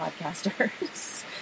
podcasters